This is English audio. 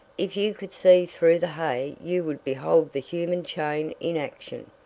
if you could see through the hay you would behold the human chain in action,